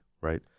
right